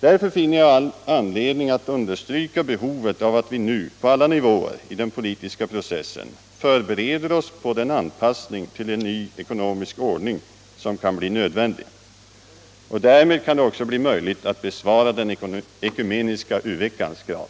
Därför finner jag all anledning att understryka behovet av att vi nu på alla nivåer i den politiska processen förbereder oss på den anpassning till en ny ekonomisk ordning som kan bli nödvändig. Därmed kan det också bli möjligt att besvara den ekumeniska u-veckans krav.